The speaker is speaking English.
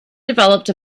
developed